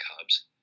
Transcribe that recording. Cubs